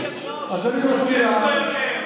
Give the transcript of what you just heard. חס וחלילה,